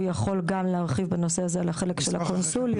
הוא יכול גם להרחיב בנושא הזה על החלק של הקונסוליה.